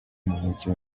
mumujyi